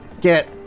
get